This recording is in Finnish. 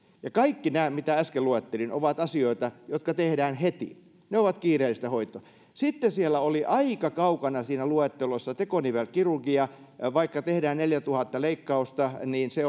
ja kaikki nämä mitä äsken luettelin ovat asioita jotka tehdään heti ne ovat kiireellistä hoitoa sitten siellä oli aika kaukana siinä luettelossa tekonivelkirurgia vaikka tehdään neljätuhatta leikkausta niin se